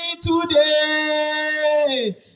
today